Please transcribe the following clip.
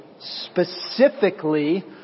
Specifically